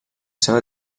seva